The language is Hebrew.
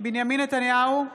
בנימין נתניהו,